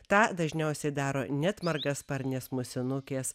tą dažniausiai daro net margasparnės musinukės